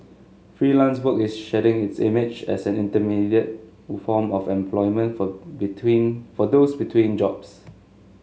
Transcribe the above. freelance work is shedding its image as an intermediate form of employment for between for those between jobs